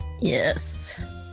Yes